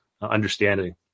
understanding